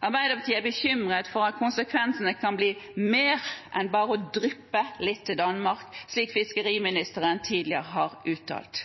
Arbeiderpartiet er bekymret for at konsekvensene kan bli mer enn bare å «dryppe litt» til Danmark, slik fiskeriministeren tidligere har uttalt.